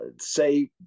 say